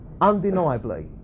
undeniably